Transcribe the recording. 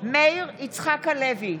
מאיר יצחק הלוי,